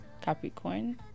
Capricorn